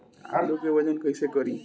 आलू के वजन कैसे करी?